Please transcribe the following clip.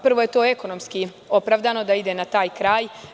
Prvo je to ekonomski opravdano da ide na taj kraj.